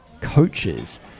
coaches